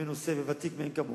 ומנוסה וותיק מאין כמוך,